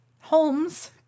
Holmes